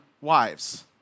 wives